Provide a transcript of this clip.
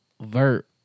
Vert